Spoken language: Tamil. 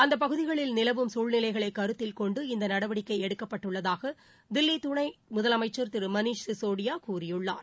அந்த பகுதிகளில் நிலவும் குழ்நிலைகளை கருத்தில் கொண்டு இந்த நடவடிக்கை எடுக்கப்பட்டுள்ளதாக தில்லி துணை முதலமைச்சர் திரு மணீஷ் சிசோடியா கூறியுள்ளார்